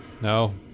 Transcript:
No